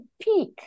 Peak